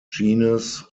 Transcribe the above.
genus